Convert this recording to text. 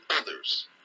others